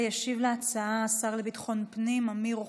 ישיב על ההצעה השר לביטחון פנים אמיר אוחנה,